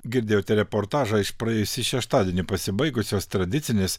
girdėjote reportažą iš praėjusį šeštadienį pasibaigusios tradicinės